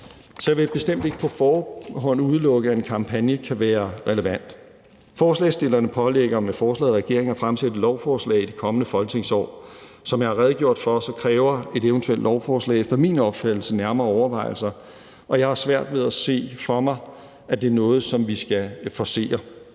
jeg vil bestemt ikke på forhånd udelukke, at en kampagne kan være relevant. Forslagsstillerne pålægger med forslaget regeringen at fremsætte lovforslag i det kommende folketingsår. Som jeg har redegjort for, kræver et eventuelt lovforslag efter min opfattelse nærmere overvejelser, og jeg har svært ved at se for mig, at det er noget, som vi skal forcere.